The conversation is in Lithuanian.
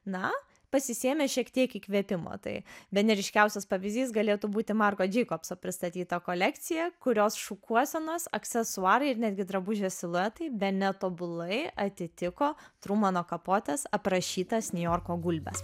na pasisėmė šiek tiek įkvėpimo tai bene ryškiausias pavyzdys galėtų būti marko džeikobso pristatyta kolekcija kurios šukuosenos aksesuarai ir netgi drabužio siluetai bene tobulai atitiko trumano kapotės aprašytas niujorko gulbes